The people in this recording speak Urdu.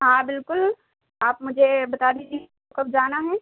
ہاں بالکل آپ مجھے بتا دیجیے کب جانا ہے